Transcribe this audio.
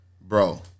bro